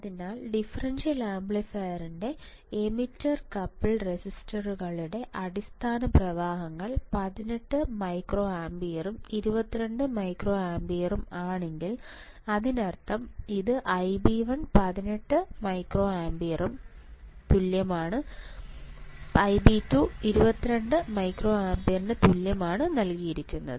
അതിനാൽ ഡിഫറൻഷ്യൽ ആംപ്ലിഫയറിന്റെ emitter couple ട്രാൻസിസ്റ്ററുകളുടെ അടിസ്ഥാന പ്രവാഹങ്ങൾ 18 മൈക്രോഅമ്പിയറും 22 മൈക്രോഅമ്പിയറും ആണെങ്കിൽ അതിനർത്ഥം ഇത് Ib1 18 മൈക്രോഅമ്പിയറിന് തുല്യമാണ് നൽകിയിരിക്കുന്നത് Ib2 22 മൈക്രോഅമ്പിയർ തുല്യമാണെന്നും